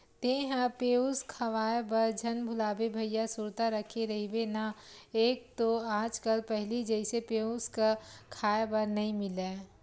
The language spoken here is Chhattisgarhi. तेंहा पेयूस खवाए बर झन भुलाबे भइया सुरता रखे रहिबे ना एक तो आज कल पहिली जइसे पेयूस क खांय बर नइ मिलय